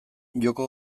joko